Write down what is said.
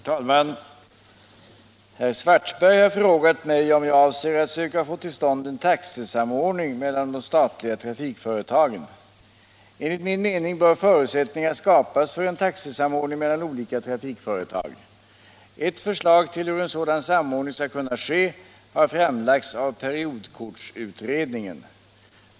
Herr talman! Herr Svartberg har frågat mig om jag avser att söka få till stånd en taxesamordning mellan de statliga trafikföretagen. Enligt min mening bör förutsättningar skapas för en taxesamordning mellan olika trafikföretag. Ett förslag till hur en sådan samordning skall kunna ske har framlagts av periodkortsutredningen.